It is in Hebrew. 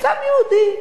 סתם יהודי,